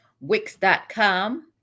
Wix.com